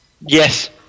Yes